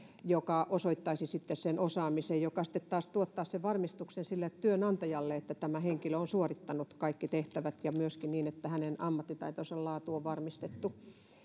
ja se osoittaisi sen osaamisen joka sitten taas tuottaisi sen varmistuksen työnantajalle että tämä henkilö on suorittanut kaikki tehtävät ja myöskin niin että hänen ammattitaitonsa laatu on varmistettu